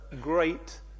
great